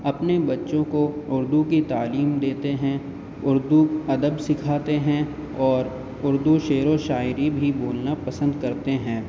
اپنے بچوں کو اردو کی تعلیم دیتے ہیں اردو ادب سکھاتے ہیں اور اردو شعر و شاعری بھی بولنا پسند کرتے ہیں